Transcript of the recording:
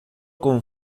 con